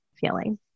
feeling